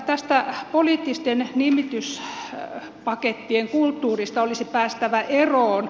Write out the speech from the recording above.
tästä poliittisten nimityspakettien kulttuurista olisi päästävä eroon